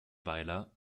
weiler